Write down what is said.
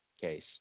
case